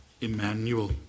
Emmanuel